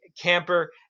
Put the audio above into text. Camper